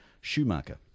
Schumacher